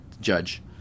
judge